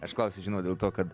aš klausiu žinau dėl to kad